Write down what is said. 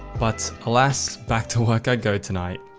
but alas, back to work i go tonight.